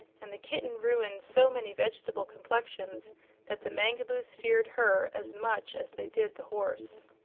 and the kitten ruined so many vegetable complexions that the mangaboos feared her as much as they did the horse.